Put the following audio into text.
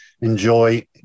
enjoy